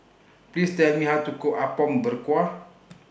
Please Tell Me How to Cook Apom Berkuah